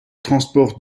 transport